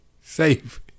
safe